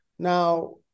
Now